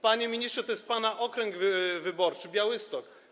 Panie ministrze, to jest pana okręg wyborczy - Białystok.